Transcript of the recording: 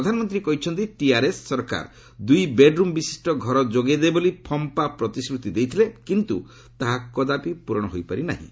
ପ୍ରଧାନମନ୍ତ୍ରୀ କହିଛନ୍ତି ଟିଆର୍ଏସ୍ ସରକାର ଦୁଇ ବେଡ୍ରୁମ୍ ବିଶିଷ୍ଟ ଘର ଯୋଗାଇ ଦେବ ବୋଲି ଫମ୍ପା ପ୍ରତିଶ୍ରତି ଦେଇଥିଲା କିନ୍ତୁ ତାହା କଦାପି ପ୍ରରଣ ହୋଇପାରି ନାହିଁ